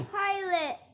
pilot